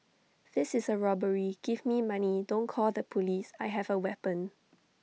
this is A robbery give me money don't call the Police I have A weapon